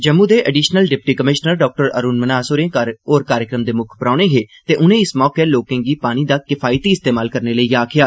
जम्मू दे additional deputy commissioner doctor Arun Manhas होर कार्यक्रम दे मुक्ख परौहने हे ते उनें इस मौके लोकें गी पानी दा किफायती इस्तेमाल करने लई आक्खेआ